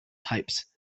types